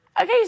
Okay